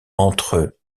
entre